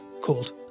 called